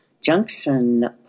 Junction